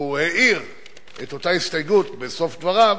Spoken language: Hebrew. הוא העיר את אותה הסתייגות בסוף דבריו,